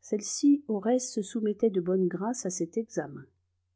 celle-ci au reste se soumettait de bonne grâce à cet examen